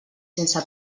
sense